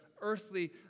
earthly